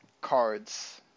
cards